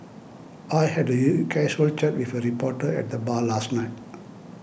I had you casual chat with a reporter at the bar last night